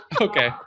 Okay